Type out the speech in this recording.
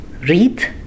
Read